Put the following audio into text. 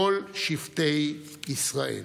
כל שבטי ישראל.